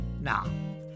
Now